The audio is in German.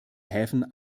häfen